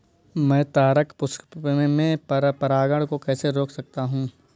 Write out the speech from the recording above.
मैं तारक पुष्प में पर परागण को कैसे रोक सकता हूँ?